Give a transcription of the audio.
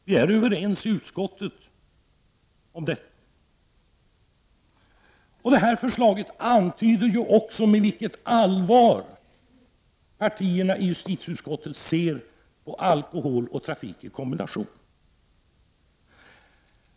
Vi är överens om detta i utskottet. Detta förslag antyder också det allvar med vilket partierna i justitieutskottet ser på kombinationen alkohol och trafik.